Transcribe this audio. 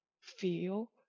feel